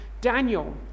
Daniel